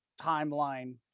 timeline